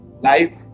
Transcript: Life